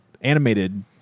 animated